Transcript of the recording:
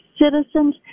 citizens